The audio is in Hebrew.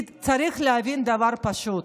כי צריך להבין דבר פשוט: